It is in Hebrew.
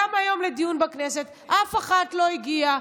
גם היום לדיון בכנסת אף אחת לא הגיעה.